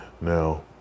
Now